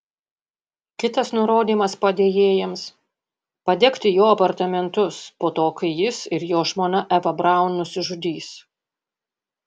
kitas nurodymas padėjėjams padegti jo apartamentus po to kai jis ir jo žmona eva braun nusižudys